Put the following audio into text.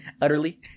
utterly